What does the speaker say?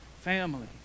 family